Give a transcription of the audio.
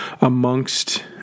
amongst